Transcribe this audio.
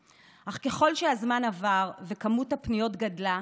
אך ככל שהזמן עבר וכמות הפניות גדלה,